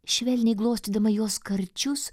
švelniai glostydama jos karčius